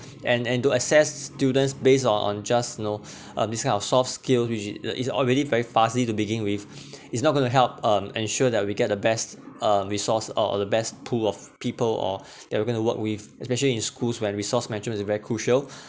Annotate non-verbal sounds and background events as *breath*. and and to assess students based on on just you know um this kind of soft skills which it uh is already very fuzzy to begin with *breath* it's not going to help ensure that we get the best uh resource or or the best pool of people or they're going to work with especially in schools when resource matter is very crucial